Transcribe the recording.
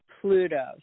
Pluto